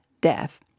death